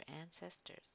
ancestors